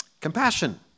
Compassion